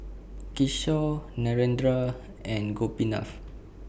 Kishore Narendra and Gopinath